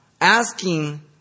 asking